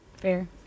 fair